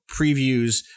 previews